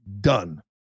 done